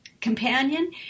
companion